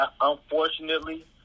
Unfortunately